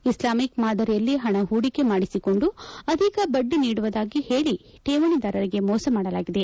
Islamic ಮಾದರಿಯಲ್ಲಿ ಹಣ ಹೂಡಿಕೆ ಮಾಡಿಸಿಕೊಂಡು ಅಧಿಕ ಬಡ್ಡಿ ನೀಡುವುದಾಗಿ ಹೇಳಿ ಕೇವಣಿದಾರರಿಗೆ ಮೋಸ ಮಾಡಲಾಗಿದೆ